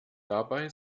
dabei